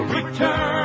Return